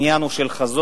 עניין של חזון,